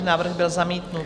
Návrh byl zamítnut.